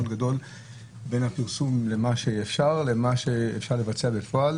גדול בין הפרסום למה שאפשר למה שאפשר לבצע בפועל,